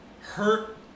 hurt